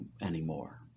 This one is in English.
anymore